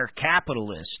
capitalist